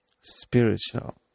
spiritual